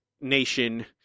nation